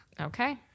Okay